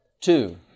Two